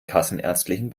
kassenärztlichen